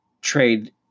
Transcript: trade